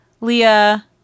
Leah